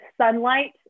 sunlight